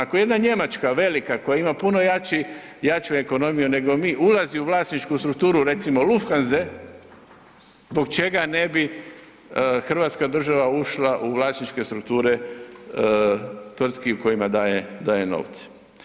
Ako jedna Njemačka, velika, koja ima puno jači, jaču ekonomiju nego mi, ulazi u vlasničku strukturu recimo Lufthanse, zbog čega ne bi hrvatska država ušla u vlasničke strukture tvrtki kojima daje, daje novce?